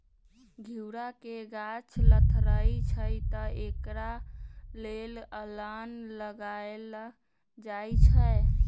घिउरा के गाछ लथरइ छइ तऽ एकरा लेल अलांन लगायल जाई छै